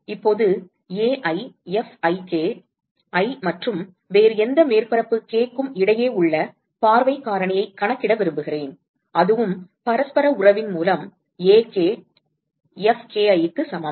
இப்போது Ai Fik நான் i மற்றும் வேறு எந்த மேற்பரப்பு k க்கும் இடையே உள்ள பார்வை காரணியைக் கணக்கிட விரும்புகிறேன் அதுவும் பரஸ்பர உறவின் மூலம் Ak Fki க்கு சமம்